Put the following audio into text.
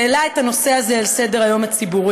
שהעלה את הנושא הזה על סדר-היום הציבורי,